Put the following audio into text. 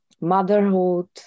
motherhood